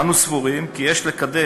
אנו סבורים כי יש לקדם